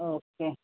okay